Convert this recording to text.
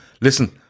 listen